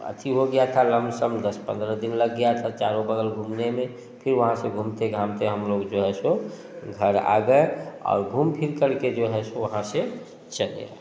achieve हो गया था लमसम दस पंद्रह दिन लग गया था चारों बगल घूमने में फिर वहाँ से घूमते घामते हम लोग जो है सो घर आ गए और घूम फिर कर के जो है सो वहाँ से चले